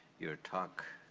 your talk.